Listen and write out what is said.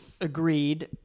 Agreed